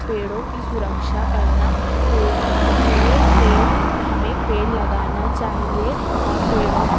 پیڑوں کی سرکشا کرنا ہمیں پیڑ لگانا چاہیے اور پیڑوں